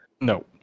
no